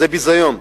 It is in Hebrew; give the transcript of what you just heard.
זה ביזיון,